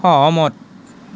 সহমত